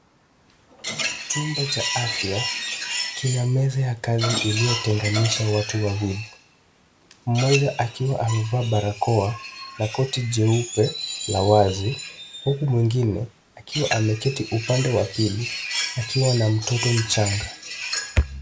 Chumba cha afya. Kina meza ya kazi iliyotenganisha watu wawili. Mmoja akiwa amevaa barakoa na koti jeupe, la wazi. Huku mwingine akiwa ameketi upande wa pili, akiwa na mtoto mchanga.